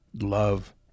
love